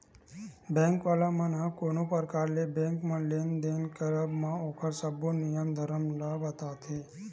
bank वाला मन ह कोनो परकार ले बेंक म लेन देन के करब म ओखर सब्बो नियम धरम ल बताथे